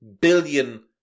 billion